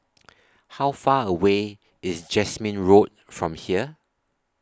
How Far away IS Jasmine Road from here